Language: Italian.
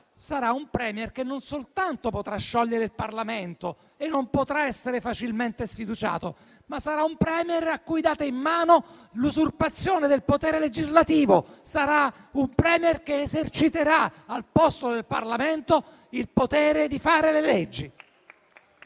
nuovo *Premier* non soltanto potrà sciogliere il Parlamento e non potrà essere facilmente sfiduciato, ma sarà un *Premier* a cui date in mano l'usurpazione del potere legislativo! Sarà un *Premier* che eserciterà al posto del Parlamento il potere di fare le leggi!